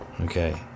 Okay